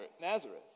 Nazareth